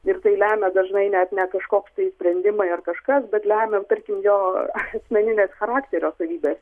ir tai lemia dažnai net ne kažkoks tai sprendimai ar kažkas bet lemia tarkim jo asmeninės charakterio savybės